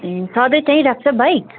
ए सधैँ त्यहीँ राख्छ बाइक